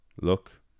look